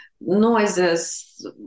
noises